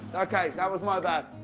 ok. that was my bad.